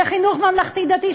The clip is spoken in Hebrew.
לחינוך ממלכתי-דתי,